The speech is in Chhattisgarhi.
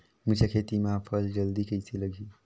मिरचा खेती मां फल जल्दी कइसे लगही?